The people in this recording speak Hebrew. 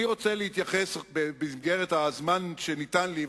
אני רוצה להתייחס במסגרת הזמן שניתן לי,